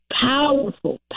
powerful